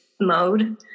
mode